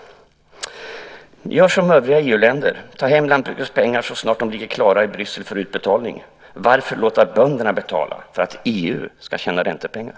Gör som övriga EU-länder och ta hem jordbrukarnas pengar så snart det ligger klara för utbetalning i Bryssel. Varför låta bönderna betala för att EU ska tjäna räntepengar?